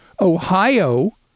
Ohio